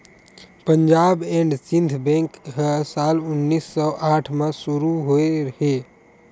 Punjab and Sind bank ह साल उन्नीस सौ आठ म शुरू होए हे